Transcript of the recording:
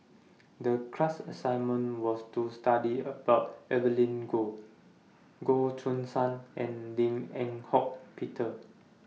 The class assignment was to study about Evelyn Goh Goh Choo San and Lim Eng Hock Peter